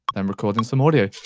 i'm recording some audio.